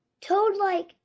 Toad-like